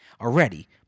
already